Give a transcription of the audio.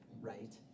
right